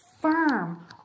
firm